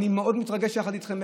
אני מאוד מתרגש יחד איתכם,